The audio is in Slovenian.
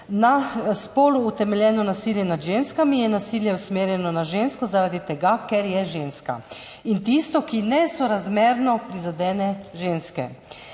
Na spolu utemeljeno nasilje nad ženskami je nasilje, usmerjeno na žensko zaradi tega, ker je ženska, in tisto, ki nesorazmerno prizadene ženske.